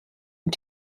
und